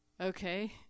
Okay